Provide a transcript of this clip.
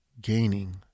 gaining